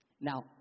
Now